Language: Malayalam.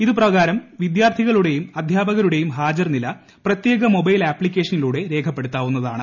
ഇത് പ്രകാരം വിദ്യാർഥികളുടെയും അധ്യാപകരുടെയും ഹാജർനില പ്രത്യേക മൊബൈൽ ആപ്പിക്കേഷനിലൂടെ രേഖപ്പെടുത്താവുന്നതാണ്